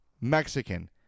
Mexican